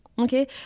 Okay